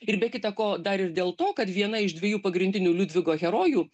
ir be kita ko dar ir dėl to kad viena iš dviejų pagrindinių liudvigo herojų